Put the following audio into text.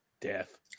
Death